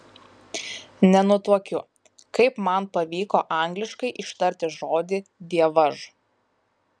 nenutuokiu kaip man pavyko angliškai ištarti žodį dievaž